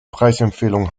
preisempfehlung